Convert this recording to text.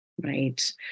right